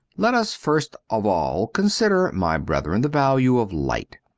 let us first of all consider, my brethren, the value of light,